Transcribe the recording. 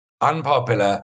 unpopular